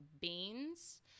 beans